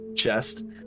chest